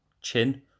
chin